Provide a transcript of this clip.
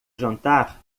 jantar